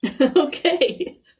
Okay